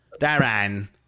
Darren